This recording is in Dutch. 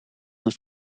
het